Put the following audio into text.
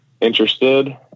interested